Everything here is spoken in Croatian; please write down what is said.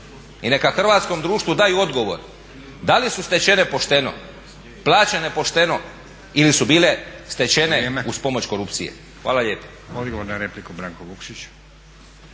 i neka hrvatskom društvu daju odgovor da li su stečene pošteno, plaćene pošteno ili su bile stečene uz pomoć korupcije. Hvala lijepo.